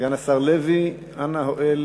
סגן השר לוי, אנא הואל